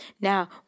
Now